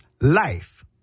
life